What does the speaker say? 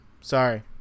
Sorry